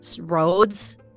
roads